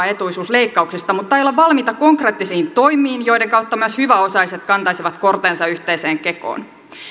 etuisuusleikkauksista mutta ei olla valmiita konkreettisiin toimiin joiden kautta myös hyväosaiset kantaisivat kortensa yhteiseen kekoon